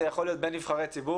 אישי זה יכול להיות בין נבחרי ציבור,